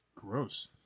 Gross